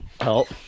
Help